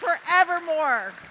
forevermore